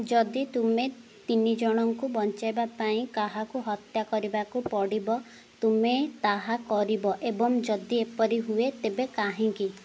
ଯଦି ତୁମେ ତିନି ଜଣଙ୍କୁ ବଞ୍ଚାଇବା ପାଇଁ କାହାକୁ ହତ୍ୟା କରିବାକୁ ପଡ଼ିବ ତୁମେ ତାହା କରିବ ଏବଂ ଯଦି ଏପରି ହୁଏ ତେବେ କାହିଁକି